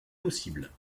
possibles